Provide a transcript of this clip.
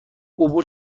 عبور